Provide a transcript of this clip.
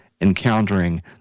encountering